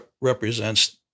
represents